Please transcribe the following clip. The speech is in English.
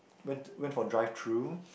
went went for drive thru